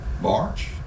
March